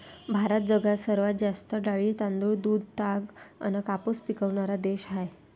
भारत जगात सर्वात जास्त डाळी, तांदूळ, दूध, ताग अन कापूस पिकवनारा देश हाय